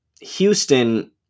Houston